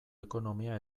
ekonomia